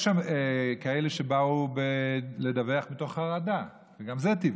יש כאלה שבאו לדווח מתוך חרדה, וגם זה טבעי,